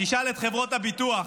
תשאל את חברות הביטוח.